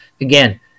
again